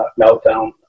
Meltdown